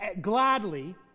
gladly